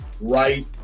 right